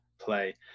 play